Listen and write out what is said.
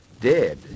dead